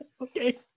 Okay